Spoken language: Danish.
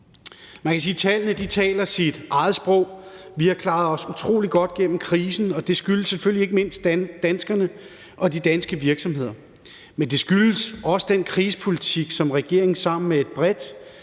Man kan sige, tallene taler deres eget sprog; vi har klaret os utrolig godt gennem krisen, og det skyldes selvfølgelig ikke mindst danskerne og de danske virksomheder. Men det skyldes også den krisepolitik, som regeringen sammen med et bredt